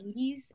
80s